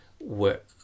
work